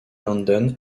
london